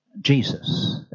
Jesus